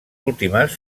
últimes